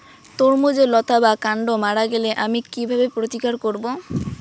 তরমুজের লতা বা কান্ড মারা গেলে আমি কীভাবে প্রতিকার করব?